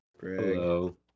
hello